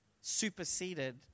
superseded